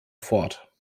fort